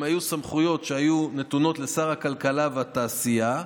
הם היו סמכויות שהיו נתונות לשר הכלכלה והתעשייה,